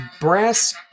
Brass